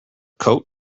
coat